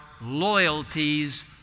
loyalties